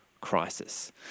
crisis